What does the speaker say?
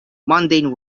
mundane